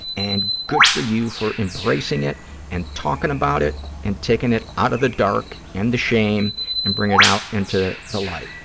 and good for you for embracing it and talking about it and taking it out of the dark and the shame and bring it out into the light.